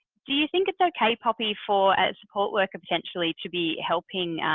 do you think it's okay, poppy for a support worker potentially to be helping,